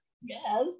yes